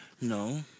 no